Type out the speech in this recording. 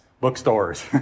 bookstores